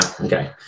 Okay